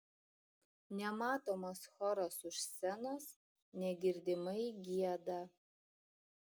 nematomas choras už scenos negirdimai gieda